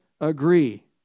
agree